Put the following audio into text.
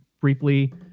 briefly